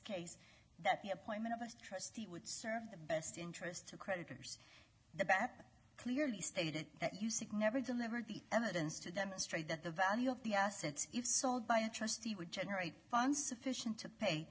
case that the appointment of a trustee would serve the best interest to creditors the bat clearly stated that you seek never delivered the evidence to demonstrate that the value of the assets sold by a trustee would generate funds sufficient to pay